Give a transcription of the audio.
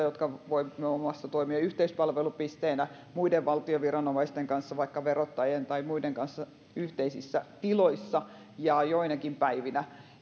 jotka voivat muun muassa toimia yhteispalvelupisteessä muiden valtion viranomaisten kanssa vaikka verottajan tai muiden kanssa yhteisissä tiloissa ja joinakin päivinä